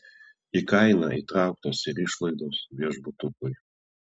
į kainą įtrauktos ir išlaidos viešbutukui